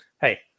Hey